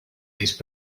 these